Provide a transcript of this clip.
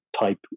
type